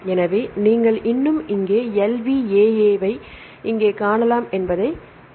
எனவே நீங்கள் இன்னும் இங்கே LVAA ஐ இங்கே காணலாம் என்பதைக் காணலாம்